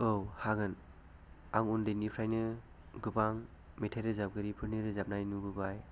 औ हागोन आं उन्दैनिफ्रायनो गोबां मेथाय रोजाबगिरिफोरनि रोजाबनाय नुबोबाय